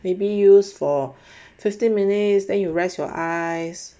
maybe used for fifteen minutes then you rest your eyes